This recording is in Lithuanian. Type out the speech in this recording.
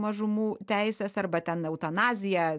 mažumų teises arba ten eutanaziją